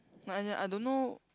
but as in I don't know